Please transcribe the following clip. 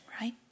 right